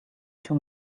too